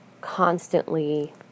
constantly